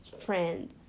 trend